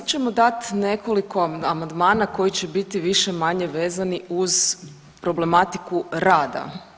Mi ćemo dati nekoliko amandmana koji će biti više-manje vezani uz problematiku rada.